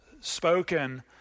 spoken